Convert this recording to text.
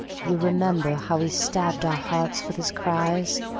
you remember how he stabbed our hearts with his cries?